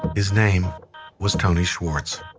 his name was tony schwartz.